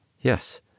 yes